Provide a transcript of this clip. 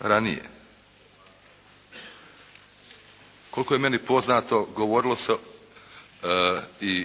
ranije. Koliko je meni poznato, govorilo se i